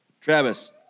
Travis